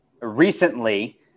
recently